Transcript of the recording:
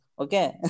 okay